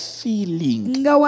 feeling